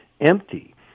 empty